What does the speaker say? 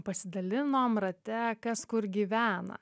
pasidalinom rate kas kur gyvena